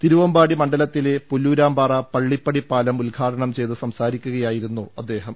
തിരുവമ്പാടി മണ്ഡ ലത്തിലെ പുല്ലൂരാംപാറ പള്ളിപ്പടി പാലം ഉദ്ഘാടനം ചെയ്ത് സംസാരിക്കു കയായിരുന്നു അദ്ദേഹം